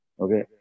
Okay